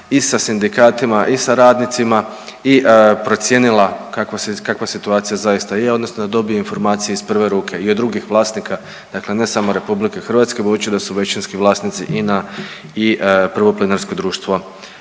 i sa sindikatima i sa radnicima i procijenila kakva situacija zaista je, odnosno da dobije informacije iz prve ruke i od drugih vlasnika, dakle ne samo Republike Hrvatske budući da su većinski vlasnici INA i Prvo plinarsko društvo